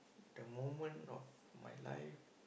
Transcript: the moment of my life